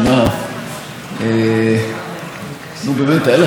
הייתה לכם כל הפגרה כדי לחשוב על איזה נושא,